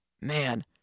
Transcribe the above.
Man